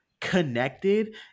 connected